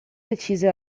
decise